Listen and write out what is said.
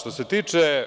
Što se tiče